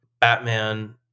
Batman